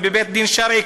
אם הם בבית דין שרעי,